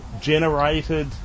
generated